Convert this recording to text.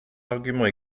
arguments